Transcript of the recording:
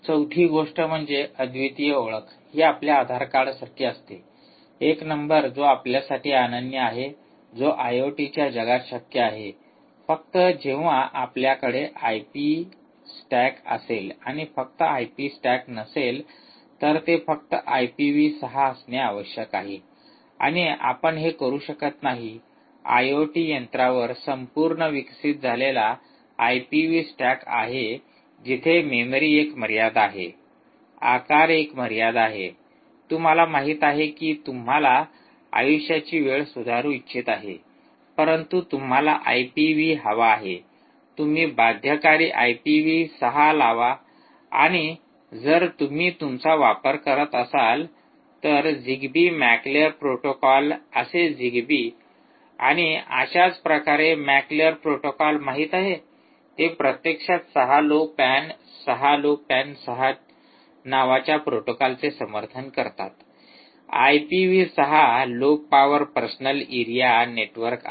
चौथी गोष्ट म्हणजे अद्वितीय ओळख ही आपल्या आधार कार्डासारखी असते एक नंबर जो आपल्यासाठी अनन्य आहे जो आयओटीच्या जगात शक्य आहे फक्त जेव्हा आपल्याकडे आयपी स्टॅक असेल आणि फक्त आयपी स्टॅक नसेल तर ते फक्त आयपीव्ही 6 असणे आवश्यक आहे आणि आपण हे करू शकत नाही आयओटी यंत्रावर संपूर्ण विकसित झालेला आयपीव्ही स्टॅक आहे जिथे मेमरी एक मर्यादा आहे आकार एक मर्यादा आहे तुम्हाला माहित आहे की तुम्हाला आयुष्याची वेळ सुधारू इच्छित आहे परंतु तुम्हाला आयपीव्ही हवा आहे तुम्ही बाध्यकारी आयपी व्ही 6 लावा आणि जर तुम्ही तुमचा वापर करत असाल तर ZigBee MAC layer protocol असे झीग बी आणि अशाच प्रकारे मॅक लेयर प्रोटोकॉल माहित आहे ते प्रत्यक्षात 6 लो पॅन 6 लो पॅन 6 नावाच्या प्रोटोकॉलचे समर्थन करतात I P v 6 low power personal area network आहे